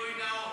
גילוי נאות,